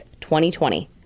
2020